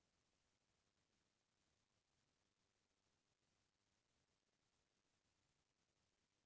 का credit card के रहत म, मैं ह बिना पइसा के पेमेंट कर सकत हो?